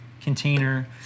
container